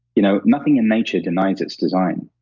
you know, nothing in nature denies its design.